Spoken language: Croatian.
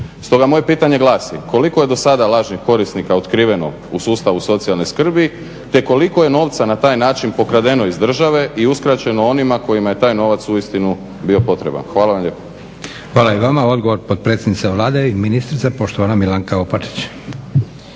Stoga moje pitanje glasi, koliko je dosada lažnih korisnika otkriveno u sustavu socijalne skrbi te koliko je novca na taj način pokradeno iz države i uskraćeno onima kojima je taj novac uistinu bio potreban? Hvala vam lijepa. **Leko, Josip (SDP)** Hvala i vama. Odgovor potpredsjednice Vlade i ministrice, poštovana Milanka Opačić.